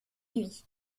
nuit